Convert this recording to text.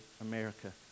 America